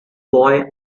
boy